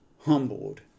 humbled